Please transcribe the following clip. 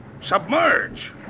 Submerge